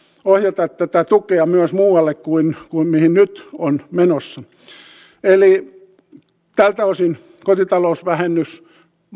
ohjata tätä tukea myös muualle kuin mihin nyt on menossa tältä osin kotitalousvähennys